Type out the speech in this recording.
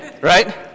right